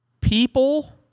people